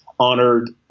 honored